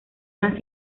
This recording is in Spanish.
las